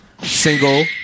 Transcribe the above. single